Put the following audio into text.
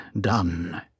done